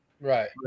Right